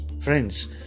friends